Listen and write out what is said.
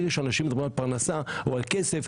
ברגע שאנשים מדברים על פרנסה או על כסף,